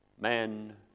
man